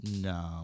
No